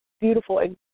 beautiful